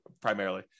primarily